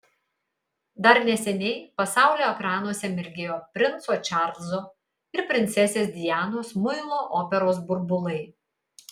dar neseniai pasaulio ekranuose mirgėjo princo čarlzo ir princesės dianos muilo operos burbulai